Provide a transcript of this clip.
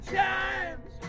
times